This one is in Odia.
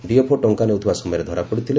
ଡିଏଫଓ ଟଙ୍କା ନେଉଥିବା ସମୟରେ ଧରାପଡିଥିଲେ